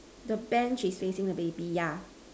the Bench is facing the baby yeah